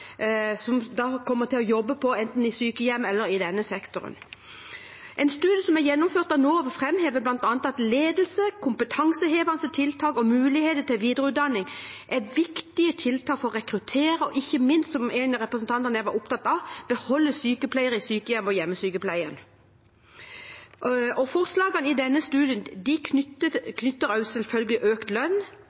som kommer til å jobbe enten i sykehjem eller i denne sektoren. En studie som er gjennomført av NOVA framhever bl.a. at ledelse, kompetansehevende tiltak og muligheter til videreutdanning er viktige tiltak for å rekruttere og ikke minst – som en av representantene her var opptatt av – beholde sykepleiere i sykehjem og i hjemmesykepleien. Forslagene i denne studien er selvfølgelig også knyttet til økt lønn,